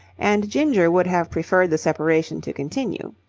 and ginger would have preferred the separation to continue.